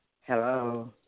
Hello